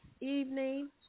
evening